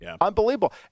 Unbelievable